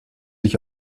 ich